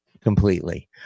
completely